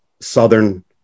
Southern